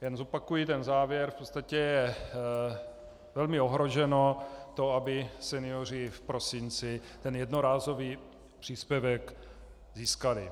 Jen zopakuji ten závěr v podstatě je velmi ohroženo to, aby senioři v prosinci ten jednorázový příspěvek získali.